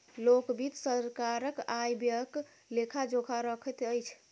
लोक वित्त सरकारक आय व्ययक लेखा जोखा रखैत अछि